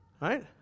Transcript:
Right